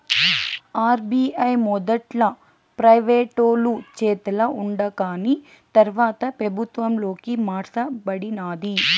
RBI మొదట్ల ప్రైవేటోలు చేతల ఉండాకాని తర్వాత పెబుత్వంలోకి మార్స బడినాది